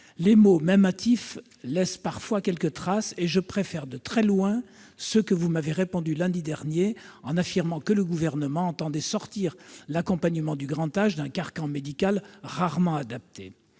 Les mots, même hâtifs, laissent parfois quelques traces, et je préfère de très loin ceux par lesquels vous m'avez répondu lundi dernier, en indiquant que le Gouvernement entendait sortir l'accompagnement du grand âge d'un carcan médical rarement adapté.